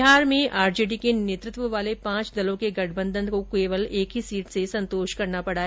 बिहार में आरजेडी के नेतृत्व वाले पांच दलों के गठबंधन को केवल एक सीट से ही संतोष करना पड़ा